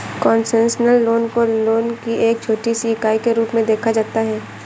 concessional loan को loan की एक छोटी सी इकाई के रूप में देखा जाता है